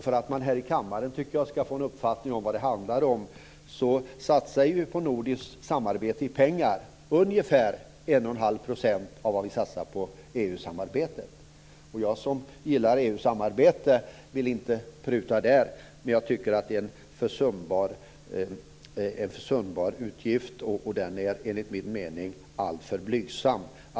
För att man här i kammaren ska få en uppfattning om vad det handlar om, kan jag säga att vi på nordiskt samarbete satsar ungefär 1 1⁄2 % av vad vi satsar på EU samarbete. Jag som gillar EU-samarbetet vill inte pruta på det, men jag tycker att detta är en försumbar utgift. Enligt min mening är den alltför blygsam.